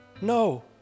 No